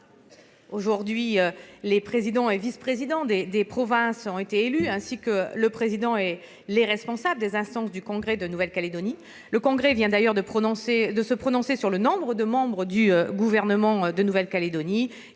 Aujourd'hui, les présidents et vice-présidents des provinces ont été élus, ainsi que le président et les responsables des instances du Congrès de Nouvelle-Calédonie. Ce dernier vient d'ailleurs de se prononcer sur le nombre de membres du gouvernement de Nouvelle-Calédonie.